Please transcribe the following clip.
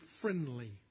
friendly